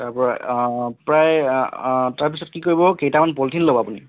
তাৰ পৰা প্ৰায় তাৰপিছত কি কৰিব কেইটামান পলিথিন ল'ব আপুনি